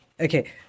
Okay